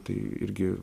tai irgi